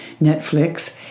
Netflix